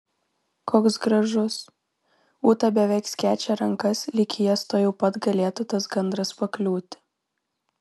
koks gražus ūta beveik skečia rankas lyg į jas tuojau pat galėtų tas gandras pakliūti